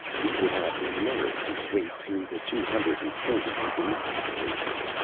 who would have the nerve to wade through the two hundred and forty intermediate pages?